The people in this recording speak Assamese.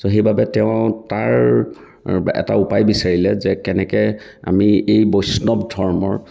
তো সেইবাবে তেওঁ তাৰ এটা উপায় বিচাৰিলে যে কেনেকৈ আমি এই বৈষ্ণৱ ধৰ্মৰ